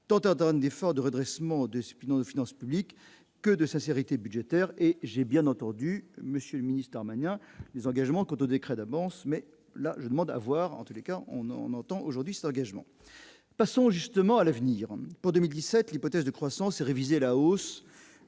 tant d'efforts de redressement de Spinoza, finances publiques que de sincérité budgétaire et j'ai bien entendu Monsieur ministère Starmania les engagements quant au décret d'avance, mais là, je demande à voir, en tous les cas on on entend aujourd'hui ça engagement passons justement à l'avenir pour 2017 l'hypothèse de croissance révisé à la hausse